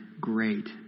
great